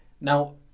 Now